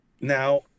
Now